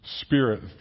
spirit